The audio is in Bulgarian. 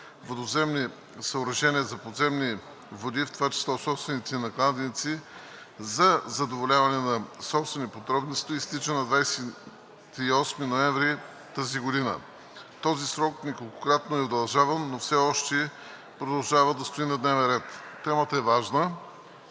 водовземни съоръжения за подземни води, в това число собствениците на кладенци за задоволяване на собствени потребности, изтича на 28 ноември тази година. Този срок неколкократно е удължаван, но все още продължава да стои на дневен ред. Темата е важна,